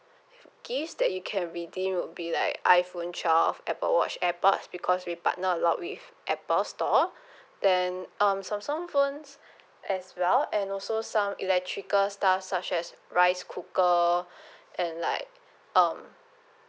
gifts that you can redeem would be like iphone twelve apple watch airpods because we partner a lot with apple store then um samsung phones as well and also some electrical stuff such as rice cooker and like um